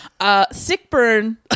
Sickburn